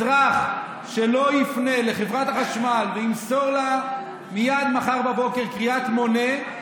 אזרח שלא יפנה לחברת החשמל וימסור לה מייד מחר בבוקר קריאת מונה,